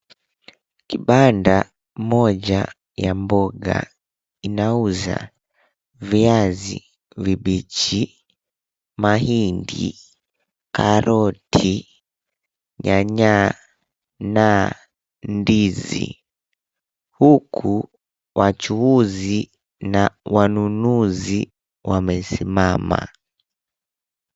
Kibanda moja ya mboga. Inauza viazi vibichi, mahindi, karoti, nyanya na ndizi huku wachuuzi na wanunuzi wamesimama.